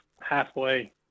halfway